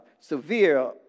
severe